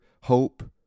hope